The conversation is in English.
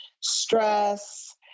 stress